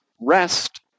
rest